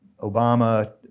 Obama